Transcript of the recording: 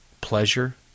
pleasure